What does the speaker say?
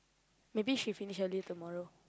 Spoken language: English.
maybe she finish early tomorrow